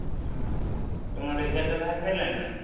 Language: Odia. ହଉ ତୁମ ରେଜଲ୍ଟ ବାହାରିସାରିଲାଣି ନା